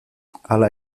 hala